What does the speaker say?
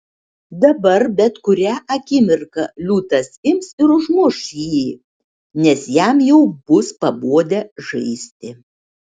dabar bet kurią akimirką liūtas ims ir užmuš jį nes jam jau bus pabodę žaisti